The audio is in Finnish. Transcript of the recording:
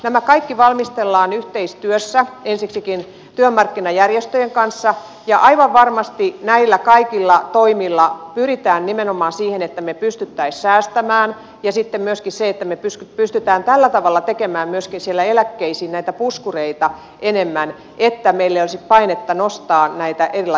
nämä kaikki valmistellaan yhteistyössä ensiksikin työmarkkinajärjestöjen kanssa ja aivan varmasti näillä kaikilla toimilla pyritään nimenomaan siihen että me pystyisimme säästämään ja sitten me myöskin pystymme tällä tavalla tekemään eläkkeisiin näitä puskureita enemmän että meillä ei olisi painetta nostaa näitä erilaisia eläkemaksuja